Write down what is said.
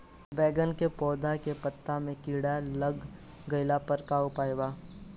बैगन के पौधा के पत्ता मे कीड़ा लाग गैला पर का उपाय बा?